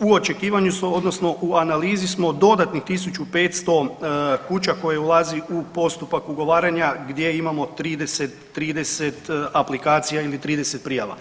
u očekivanju su odnosno u analizi smo dodatnih 1500 kuća koje ulazi u postupak ugovaranja gdje imamo 30, 30 aplikacija ili 30 prijava.